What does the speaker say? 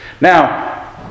Now